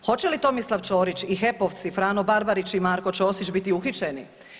Hoće li Tomislav Ćorić i HEP-ovci Frano Barbarić i Marko Ćosić biti uhićeni?